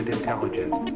intelligence